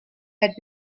had